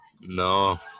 No